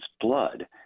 blood